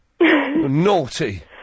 Naughty